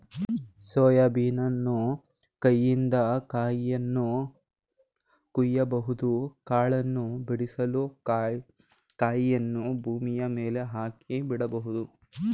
soya ಬೀನನ್ನು ಕೈಯಿಂದ ಕಾಯಿಯನ್ನು ಕೊಯ್ಯಬಹುದು ಕಾಳನ್ನು ಬಿಡಿಸಲು ಕಾಯಿಯನ್ನು ಭೂಮಿಯ ಮೇಲೆ ಹಾಕಿ ಬಡಿಬೋದು